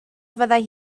fyddai